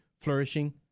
flourishing